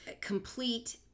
complete